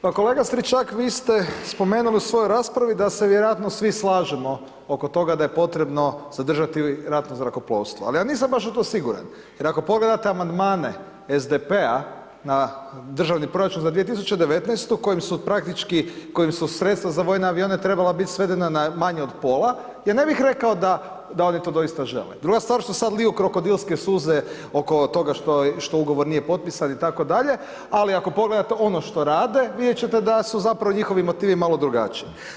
Pa kolega Stričak, vi ste spomenuli u svojoj raspravi da se vjerojatno svi slažemo oko toga da je potrebno zadržati ratno zrakoplovstvo, ali ja nisam baš u to siguran jer ako pogledate amandmane SDP-a na državni proračun za 2019. kojim su praktički, kojim su sredstva za vojne avione trebala bit svedena na manje od pola, ja ne bih rekao da oni to doista žele, druga stvar što sad liju krokodilske suze oko toga što ugovor nije potpisan itd., ali ako pogledate ono što rade, vidjet ćete da su zapravo njihovi motivi malo drugačiji.